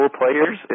players